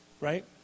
right